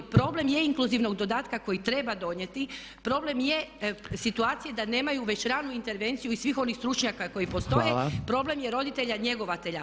Problem je inkluzivnog dodatka koji treba donijeti, problem je situacije da nemaju već ranu intervenciju i svih onih stručnjaka koji postoje, problem je roditelja njegovatelja.